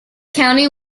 county